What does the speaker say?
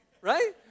right